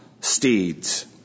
steeds